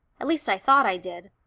at least i thought i did,